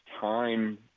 time